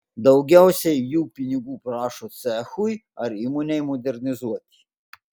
daugiausiai jų pinigų prašo cechui ar įmonei modernizuoti